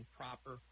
proper